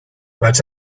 but